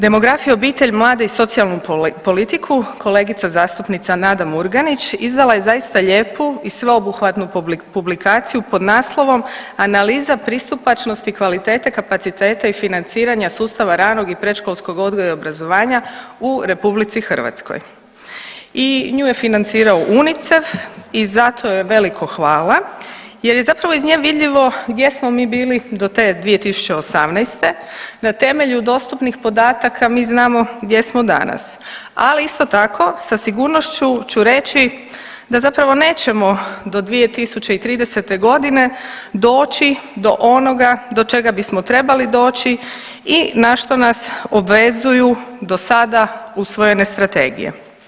Demografija, obitelj, mlade i socijalnu politiku kolegica zastupnica Nada Murganić izdala je zaista lijepu i sveobuhvatnu publikaciju pod naslovom „Analiza pristupačnosti kvalitete, kapaciteta i financiranja sustava ranog i predškolskog odgoja i obrazovanja u RH“ i nju je financirao UNICEF i zato joj veliko hvala jer je zapravo iz nje vidljivo gdje smo mi bili do te 2018., na temelju dostupnih podataka mi znamo gdje smo danas, ali isto tako sa sigurnošću ću reći da zapravo nećemo do 2030.g. doći do onoga do čega bismo trebali doći i na što nas obvezuju do sada usvojene strategije.